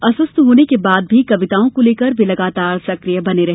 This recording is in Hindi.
अस्वस्थ होने के बाद भी कविताओं को लेकर वे लगातार सक्रिय बने रहे